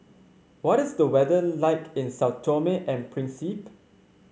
what is the weather like in Sao Tome and Principe